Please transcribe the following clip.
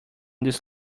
this